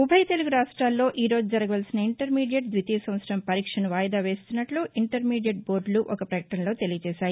ఉభయ తెలుగు రాష్ట్రాల్లో ఈరోజు జరగవలసిన ఇంటర్మీడియెట్ ద్వితీయ సంవత్సరం పరీక్షను వాయిదా వేస్తున్నట్లు ఇంటర్మీడియెట్ జోర్డులు ఒక ప్రకటనలో తెలియచేశాయి